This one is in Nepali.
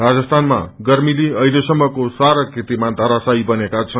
राजस्थानमा गर्मीले अहिलेसम्म्को सारा कीर्तिमान धरावशी बनेका छन्